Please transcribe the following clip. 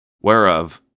whereof